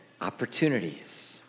Opportunities